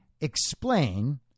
explain